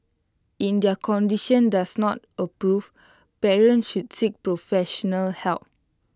in their condition does not approve parents should seek professional help